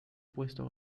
puesto